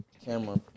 Camera